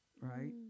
right